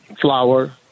flour